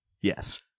yes